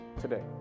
today